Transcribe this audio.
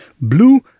Blue